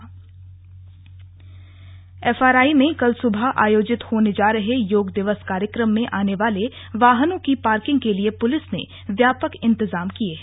योग parking FRI में कल सुबह आयोजित होने जा रहे योग दिवस कार्यक्रम में आने वाले वाहनों की पार्किंग के लिए पुलिस ने व्यापक इंतजाम किए हैं